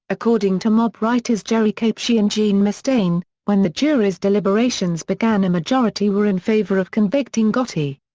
according to mob writers jerry capeci and gene mustain, when the jury's deliberations began a majority were in favor of convicting gotti.